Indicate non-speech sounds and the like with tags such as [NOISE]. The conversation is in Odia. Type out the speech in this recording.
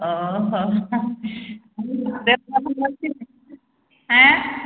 ଓହୋ [UNINTELLIGIBLE] ହେଁ